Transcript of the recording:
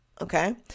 okay